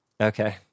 Okay